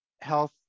health